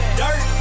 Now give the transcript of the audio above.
dirt